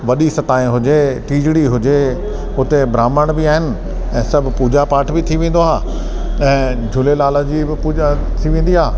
वॾी सताहिं हुजे तीजड़ी हुजे उते ब्रह्मण बि आहिनि ऐं सभु पूजा पाठ बि थी वेंदो आहे ऐं झूलेलाल जी बि पूजा थी वेंदी आहे